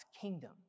kingdom